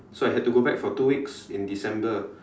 so I had to go back for two weeks in December